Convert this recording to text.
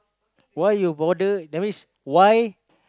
why you bother that means why